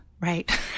right